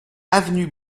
avenue